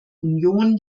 union